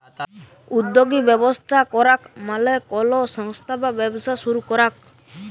উদ্যগী ব্যবস্থা করাক মালে কলো সংস্থা বা ব্যবসা শুরু করাক